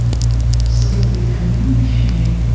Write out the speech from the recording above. so that we're communicating,